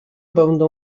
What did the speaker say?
będę